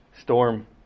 Storm